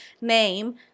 name